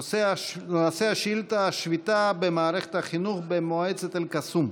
נושא השאילתה: השביתה במערכת החינוך במועצת אל-קסום.